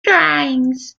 drawings